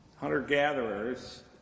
Hunter-gatherers